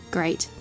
Great